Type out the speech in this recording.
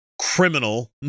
criminal